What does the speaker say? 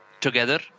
together